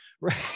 right